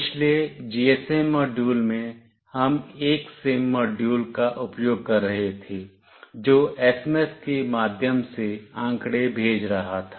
पिछले GSM module में हम एक सिम मॉड्यूल का उपयोग कर रहे थे जो SMS के माध्यम से आंकड़े भेज रहा था